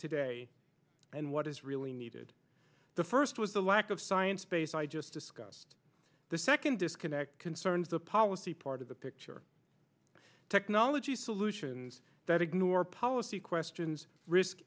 today and what is really needed the first was the lack of science base i just discussed the second disconnect concerns the policy part of the picture technology solutions that ignore policy questions risk